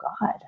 God